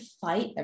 fight